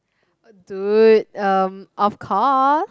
dude um of course